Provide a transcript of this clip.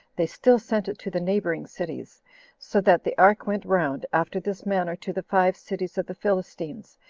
they still sent it to the neighboring cities so that the ark went round, after this manner, to the five cities of the philistines,